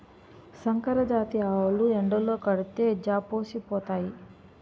సంకరజాతి ఆవులు ఎండలో కడితే జాపోసిపోతాయి